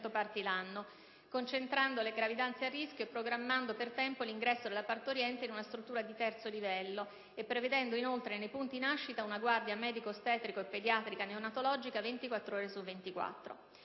parti l'anno), concentrando le gravidanze a rischio, programmando per tempo l'ingresso della partoriente in una struttura di terzo livello e prevedendo inoltre nei punti nascita una guardia medico-ostetrica e pediatrico-neonatologica, attiva 24 ore su 24.